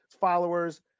followers